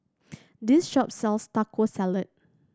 this shop sells Taco Salad